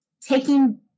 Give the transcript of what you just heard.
taking